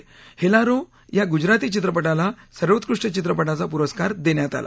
हेलारो या गुजराती चित्रपटाला सर्वोत्कृष्ट चित्रपटाचा पुरस्कार देण्यात आला